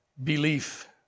belief